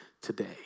today